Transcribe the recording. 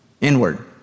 inward